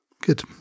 good